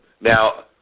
Now